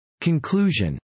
Conclusion